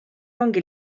ongi